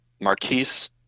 marquise